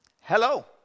Hello